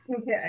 Okay